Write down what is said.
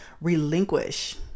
relinquish